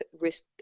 risk